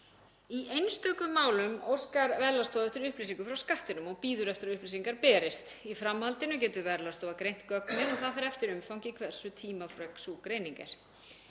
Í einstökum málum óskar Verðlagsstofa eftir upplýsingum frá Skattinum og bíður eftir að upplýsingar berist. Í framhaldinu getur Verðlagsstofa greint gögnin og það fer eftir umfangi hversu tímafrek sú greining er.